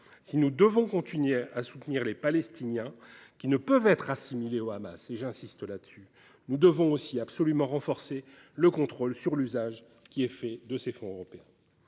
Si nous devons continuer de soutenir les Palestiniens, qui ne peuvent être assimilés au Hamas – j’insiste sur ce point –, nous devons aussi absolument renforcer le contrôle sur l’usage qui est fait des fonds européens